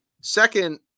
Second